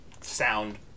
sound